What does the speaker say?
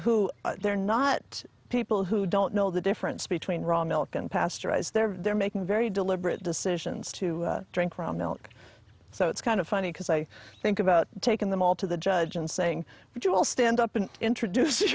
who they're not people who don't know the difference between raw milk unpasteurized there they're making very deliberate decisions to drink raw milk so it's kind of funny because i think about taking them all to the judge and saying which will stand up and introduce